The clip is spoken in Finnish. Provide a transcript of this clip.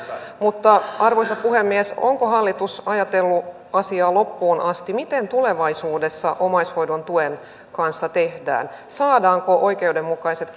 mutta arvoisa puhemies onko hallitus ajatellut asiaa loppuun asti miten tulevaisuudessa omaishoidon tuen kanssa tehdään saadaanko oikeudenmukaiset